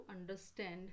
understand